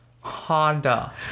Honda